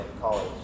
college